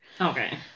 okay